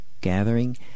gathering